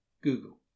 Google